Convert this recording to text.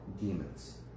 demons